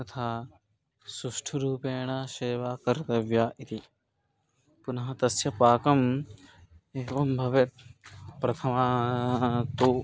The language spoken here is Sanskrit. तथा सुष्ठुरूपेण सेवा कर्तव्या इति पुनः तस्य पाकम् एवं भवेत् प्रथमं तु